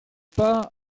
pas